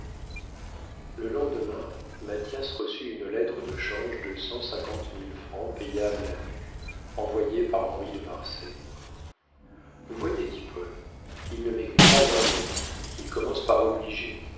le lendemain mathias reçut une lettre de change de cent cinquante mille francs payable à vue envoyée par henri de marsay vous voyez dit paul il ne m'écrit pas un mot il commence par obliger